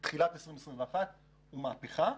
בתחילת 2021 הוא מהפכה,